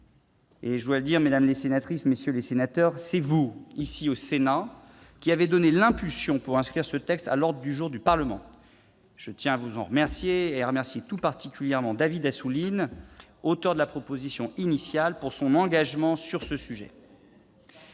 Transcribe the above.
comme pour la transposition. Mesdames, messieurs les sénateurs, c'est vous, ici au Sénat, qui avez donné l'impulsion pour inscrire ce texte à l'ordre du jour du Parlement. Je tiens à vous en remercier et à saluer tout particulièrement David Assouline, auteur de la proposition initiale, pour son engagement sur ce sujet.